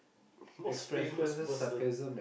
most famous person